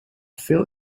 veel